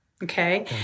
Okay